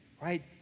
right